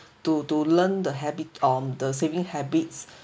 to to learn the habit on the saving habits